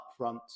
upfront